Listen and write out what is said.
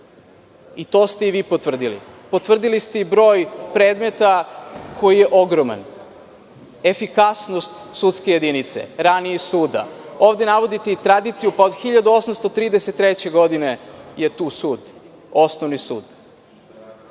i to ste i vi potvrdili. Potvrdili ste i broj predmeta koji je ogroman, efikasnost sudske jedinice, ranije suda. Ovde navodite i tradiciju, pa od 1833. godine je tu sud, Osnovni sud.